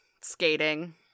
skating